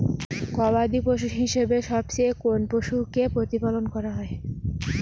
গবাদী পশু হিসেবে সবচেয়ে কোন পশুকে প্রতিপালন করা হয়?